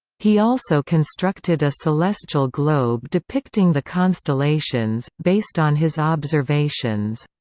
he also constructed a celestial globe depicting the constellations, based on his observations.